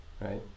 right